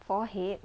forehead